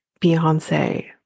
Beyonce